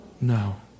no